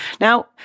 Now –